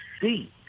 see